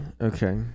Okay